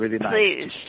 please